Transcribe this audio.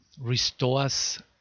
restores